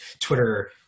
Twitter